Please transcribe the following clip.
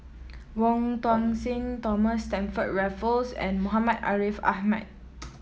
Wong Tuang Seng Thomas Stamford Raffles and Muhammad Ariff Ahmad